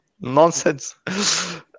nonsense